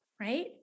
right